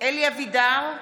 אלי אבידר,